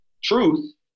truth